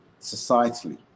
societally